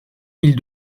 mille